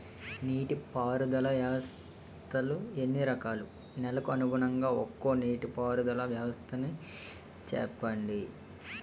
నీటి పారుదల వ్యవస్థలు ఎన్ని రకాలు? నెలకు అనుగుణంగా ఒక్కో నీటిపారుదల వ్వస్థ నీ చెప్పండి?